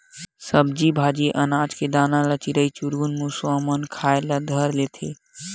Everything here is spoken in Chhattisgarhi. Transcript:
सब्जी भाजी, अनाज के दाना ल चिरई चिरगुन, मुसवा मन खाए ल धर लेथे